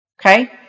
okay